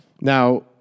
Now